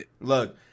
look